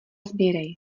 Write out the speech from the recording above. sbírej